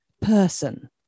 person